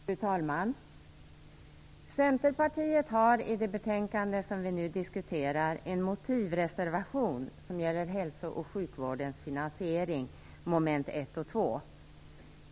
Fru talman! Centerpartiet har i det betänkande som vi nu diskuterar en motivreservation som gäller hälso och sjukvårdens finansiering, mom. 1 och 2.